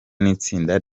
n’itsinda